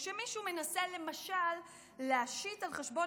כשמישהו מנסה למשל להשית על חשבון